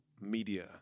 media